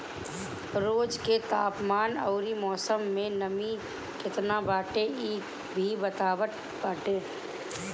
रोज के तापमान अउरी मौसम में नमी केतना बाटे इ भी बतावत बाटे